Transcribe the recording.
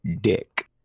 dick